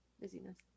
busyness